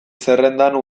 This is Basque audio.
zerrendan